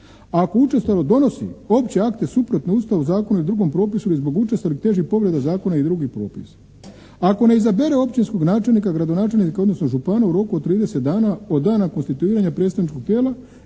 Ako učestalo donosi opće akte suprotne Ustavu, zakonu i drugom propisu ili zbog učestalih težih povreda zakona i drugih propisa. Ako ne izabere općinskog načelnika, gradonačelnika, odnosno župana u roku od 30 dana od dana konstituiranja predstavničkog tijela